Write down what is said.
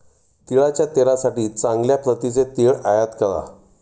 तिळाच्या तेलासाठी चांगल्या प्रतीचे तीळ आयात करा